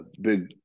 big